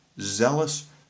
zealous